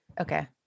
okay